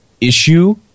issue